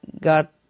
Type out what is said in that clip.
got